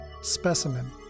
specimen